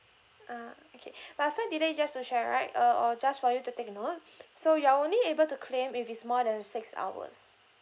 uh okay but flight delay just to share right uh or just for you to take a note so you're only able to claim if it's more than six hours